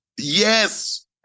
Yes